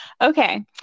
okay